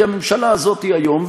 כי הממשלה הזאת היא היום,